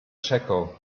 chekhov